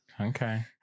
Okay